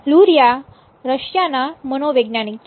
Luria રશિયાના મનોવૈજ્ઞાનિક છે